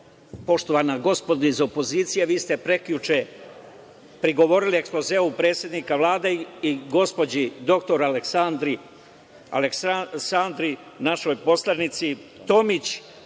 poštovana gospodo iz opozicije. A vi ste prekjuče prigovorili ekspozeu predsednika Vlade i gospođi dr Aleksandri, našoj poslanici, Tomić,